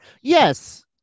yes